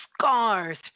scars